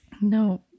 No